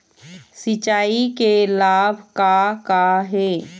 सिचाई के लाभ का का हे?